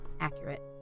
accurate